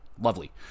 Lovely